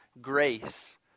grace